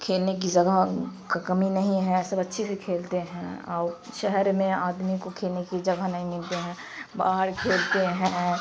کھیلنے کی جگہ کا کمی نہیں ہے سب اچھے سے کھیلتے ہیں اور شہر میں آدمی کو کھیلنے کی جگہ نہیں ملتے ہیں باہر کھیلتے ہیں